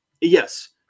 Yes